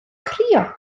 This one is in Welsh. crio